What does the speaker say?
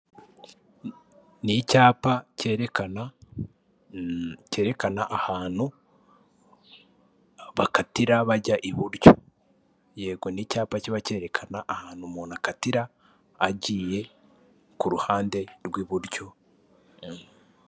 Ni icyapa cyerekana cyerekana ahantu bakatira bajya iburyo, yego n'icyapa kiba cyerekana ahantu umuntu akatira agiye ku ruhande rw'iburyo.